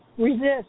Resist